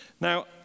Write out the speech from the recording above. Now